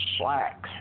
slack